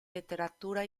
letteratura